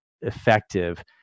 effective